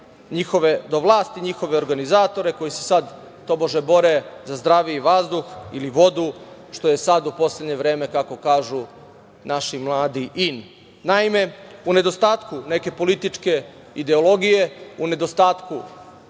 doveli do vlasti njihove organizatore, koji se sad, tobože, bore za zdravlje i vazduh ili vodu, što je sad u poslednje vreme, kako kažu naši mladi, in. Naime, u nedostatku neke političke ideologije, u nedostatku